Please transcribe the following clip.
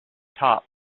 top